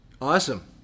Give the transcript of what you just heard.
Awesome